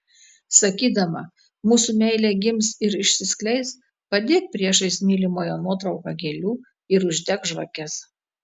sakydama mūsų meilė gims ir išsiskleis padėk priešais mylimojo nuotrauką gėlių ir uždek žvakes